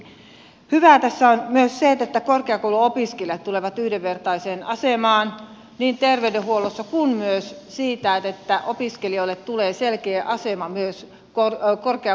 hyvää tässä on myös se että korkeakouluopiskelijat tulevat yhdenvertaiseen asemaan niin terveydenhuollossa kuin myös siinä että opiskelijoille tulee selkeä asema myös korkeakouluhallinnossa